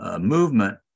movement